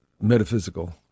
metaphysical